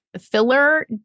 filler